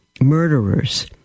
murderers